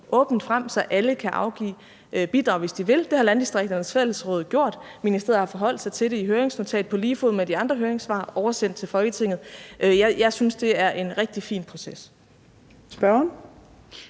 åbent frem, så alle kan afgive bidrag, hvis de vil. Det har Landdistrikternes Fællesråd gjort. Ministeriet har forholdt sig til det i høringsnotatet på lige fod med de andre høringssvar oversendt til Folketinget. Jeg synes, det er en rigtig fin proces.